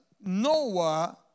Noah